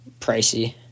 pricey